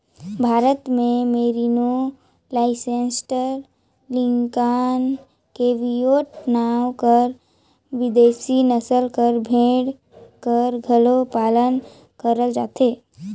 भारत में Merino, Leicester, Lincoln, Cheviot नांव कर बिदेसी नसल कर भेड़ी कर घलो पालन करल जाथे